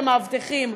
על המאבטחים: